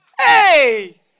Hey